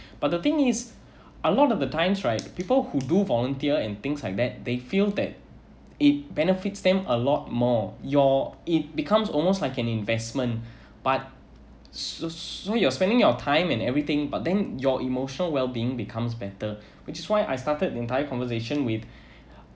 but the thing is a lot of the times right people who do volunteer and things like that they feel that it benefits them a lot more your it becomes almost like an investment but so so you spending your time and everything but then your emotional wellbeing becomes better which is why I started the entire conversation with